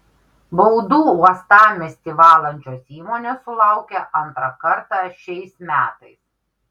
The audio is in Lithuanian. baudų uostamiestį valančios įmonės sulaukia antrą kartą šiais metais